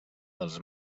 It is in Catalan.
dels